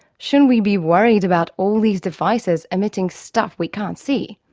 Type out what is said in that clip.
shouldn't we be worried about all these devices emitting stuff we can't see?